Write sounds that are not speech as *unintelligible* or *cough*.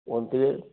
*unintelligible* থেকে